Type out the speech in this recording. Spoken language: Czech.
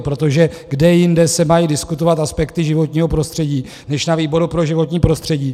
Protože kde jinde se mají diskutovat aspekty životního prostředí než na výboru pro životní prostředí?